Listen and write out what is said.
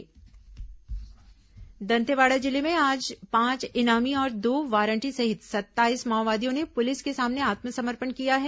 माओवादी समर्पण गिरफ्तार दंतेवाड़ा जिले में आज पांच इनामी और दो वारंटी सहित सत्ताईस माओवादियों ने पुलिस के सामने आत्मसमर्पण किया है